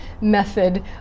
method